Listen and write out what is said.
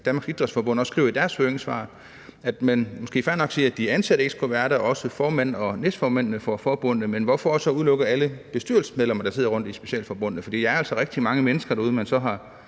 Danmarks Idræts-Forbund også skriver i deres høringssvar: at man måske fair nok siger, at de ansatte og formand og næstformand for forbundene ikke skal være der, men hvorfor udelukke alle bestyrelsesmedlemmer, der sidder i specialforbundene rundtomkring? For det er altså rigtig mange derude, man så har